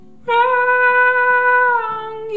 wrong